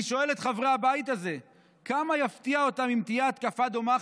אני שואל את חברי הבית הזה כמה יפתיע אותם אם תהיה התקפה דומה,